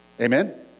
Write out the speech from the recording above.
Amen